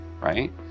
right